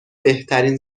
بهترین